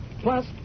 plus